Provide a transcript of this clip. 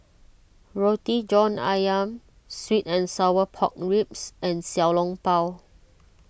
Roti John Ayam Sweet and Sour Pork Ribs and Xiao Long Bao